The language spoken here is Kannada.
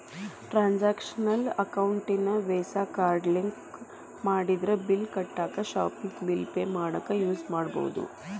ಟ್ರಾನ್ಸಾಕ್ಷನಲ್ ಅಕೌಂಟಿಗಿ ವೇಸಾ ಕಾರ್ಡ್ ಲಿಂಕ್ ಮಾಡಿದ್ರ ಬಿಲ್ ಕಟ್ಟಾಕ ಶಾಪಿಂಗ್ ಬಿಲ್ ಪೆ ಮಾಡಾಕ ಯೂಸ್ ಮಾಡಬೋದು